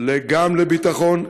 גם לביטחון,